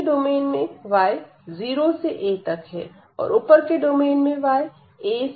नीचे के डोमेन में y 0 से a तक है और ऊपर के डोमेन में y a से 3 a तक है